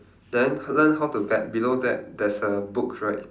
then how to bet below that there's a books right